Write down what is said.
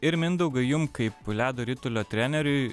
ir mindaugai jum kaip ledo ritulio treneriui